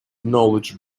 knowledge